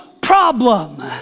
problem